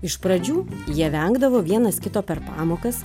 iš pradžių jie vengdavo vienas kito per pamokas